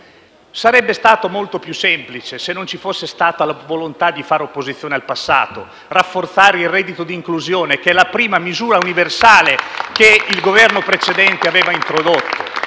Sarebbe stato molto più semplice se non ci fosse stata la volontà di fare opposizione al passato rafforzando il reddito di inclusione, la prima misura universale che il Governo precedente aveva introdotto